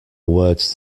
words